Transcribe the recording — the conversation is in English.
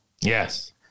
Yes